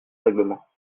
règlement